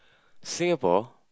Singapore